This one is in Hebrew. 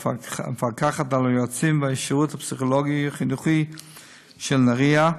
המפקחת על היועצים והשירות הפסיכולוגי-חינוכי של נהריה.